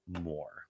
more